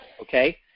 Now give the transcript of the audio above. okay